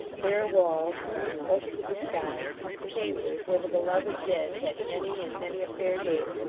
bare walls, roof open to the sky chambers, where the beloved dead had, many and many a fair day,